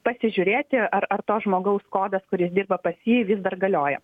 pasižiūrėti ar ar to žmogaus kodas kuris dirba pas jį vis dar galioja